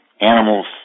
animals